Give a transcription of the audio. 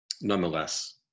nonetheless